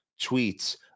tweets